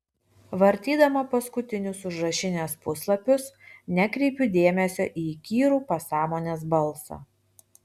vartydama paskutinius užrašinės puslapius nekreipiu dėmesio į įkyrų pasąmonės balsą